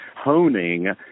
honing